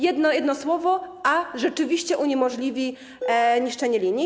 Jedno słowo, a rzeczywiście uniemożliwi niszczenie linii.